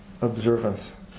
observance